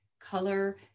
Color